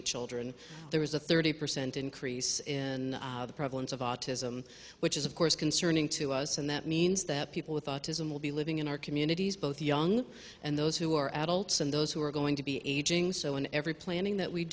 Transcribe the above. eight children there is a thirty percent increase in the prevalence of autism which is of course concerning to us and that means that people with autism will be living in our communities both young and those who are adults and those who are going to be aging so in every planning that we